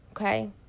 okay